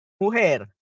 mujer